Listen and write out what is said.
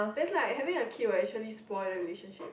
that's like having a kid will actually spoil the relationship